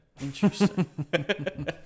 Interesting